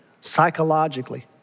psychologically